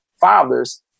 fathers